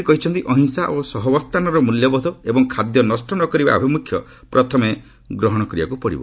ସେ କହିଛନ୍ତି ଅହିଂସା ଓ ସହାବସ୍ଥାନର ମୂଲ୍ୟବୋଧ ଏବଂ ଖାଦ୍ୟ ନଷ୍ଟ ନ କରିବା ଆଭିମ୍ରଖ୍ୟ ପ୍ରଥମେ ଗ୍ରହଣ କରିବାକୁ ପଡ଼ିବ